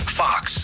fox